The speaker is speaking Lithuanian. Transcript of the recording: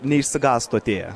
neišsigąstų atėję